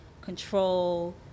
control